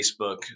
Facebook